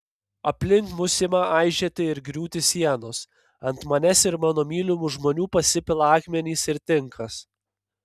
aplink mus ima aižėti ir griūti sienos ant manęs ir mano mylimų žmonių pasipila akmenys ir tinkas